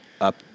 up